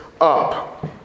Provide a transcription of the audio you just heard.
up